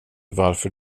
varför